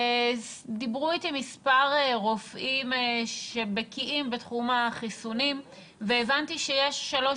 דיברו אתי מספר רופאים שבקיאים בתחום החיסונים והבנתי שיש שלוש